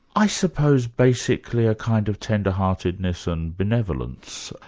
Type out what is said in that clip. i suppose basically a kind of tenderheartedness and benevolence,